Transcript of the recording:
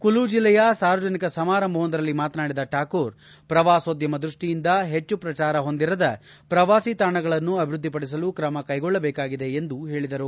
ಕುಲು ಜಿಲ್ಲೆಯ ಸಾರ್ವಜನಿಕ ಸಮಾರಂಭವೊಂದರಲ್ಲಿ ಮಾತನಾಡಿದ ಠಾಕೂರ್ ಪ್ರವಾಸೋದ್ಯಮ ದೃಷ್ಟಿಯಿಂದ ಹೆಚ್ಚು ಪ್ರಚಾರ ಹೊಂದಿರದ ಪ್ರವಾಸಿ ತಾಣಗಳನ್ನು ಅಭಿವೃದ್ಧಿ ಪಡಿಸಲು ಕ್ರಮ ಕೈಗೊಳ್ಳಬೇಕಾಗಿದೆ ಎಂದು ಹೇಳಿದರು